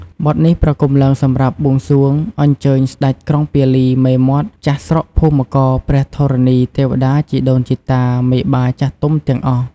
បទនេះប្រគំឡើងសម្រាប់បួងសួង អញ្ចើញស្ដេចក្រុងពាលី មេមត់ ចាស់ស្រុកភូមិករព្រះធរណី ទេវតា ជីដូនជីតា មេបាចាស់ទុំទាំងអស់។